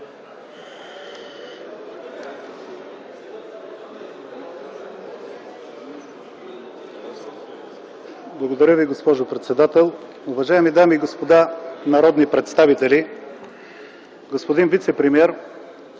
Благодаря Ви, госпожо председател. Уважаеми дами и господа народни представители! Уважаеми господин вицепремиер,